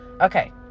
Okay